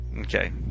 Okay